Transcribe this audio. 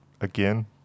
again